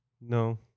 No